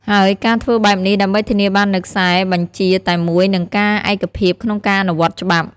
ហើយការធ្វើបែបនេះ ដើម្បីធានាបាននូវខ្សែបញ្ជាតែមួយនិងការឯកភាពក្នុងការអនុវត្តច្បាប់។